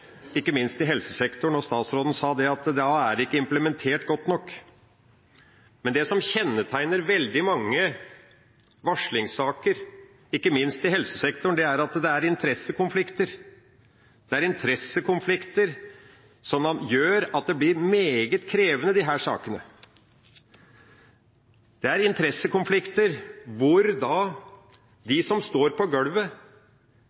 ikke minst i helsesektoren, og statsråden sa at da er det ikke implementert godt nok. Men det som kjennetegner veldig mange varslingssaker, ikke minst i helsesektoren, er at det er interessekonflikter. Det er interessekonflikter som gjør at disse sakene blir meget krevende. Det er interessekonflikter hvor